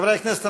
חברי הכנסת,